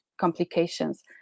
complications